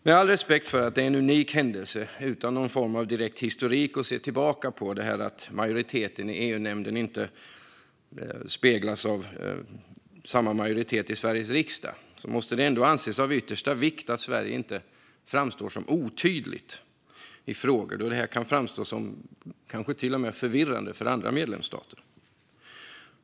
Med all respekt för att detta är en unik händelse utan någon form av direkt historik att se tillbaka på, alltså att majoriteten i EU-nämnden inte speglas av samma majoritet i riksdagens kammare, måste det ändå anses vara av yttersta vikt att Sverige inte framstår som otydligt i frågor då detta kan framstå som till och med förvirrande för andra medlemsstater.